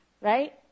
right